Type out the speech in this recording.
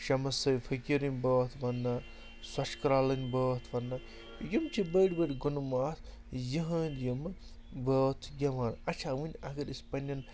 شَمس سید فقیٖرٕنۍ بٲتھ وَنٛنا سۄچھ کَرٛالٕنۍ بٲتھ وَنٛنہٕ یِم چھِ بٔڑۍ بٔڑۍ گُنہٕ وان یِہٕنٛدۍ یِمہٕ بٲتھ چھِ گٮ۪وان اچھا وٕنۍ اگر أسۍ پَنٛنٮ۪ن